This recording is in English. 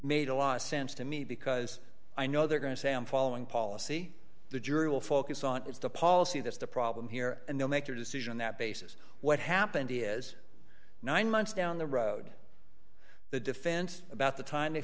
made a lot of sense to me because i know they're going to say i'm following policy the jury will focus on is the policy that's the problem here and then make your decision that basis what happened is nine months down the road the defense about the time they